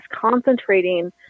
concentrating